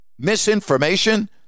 misinformation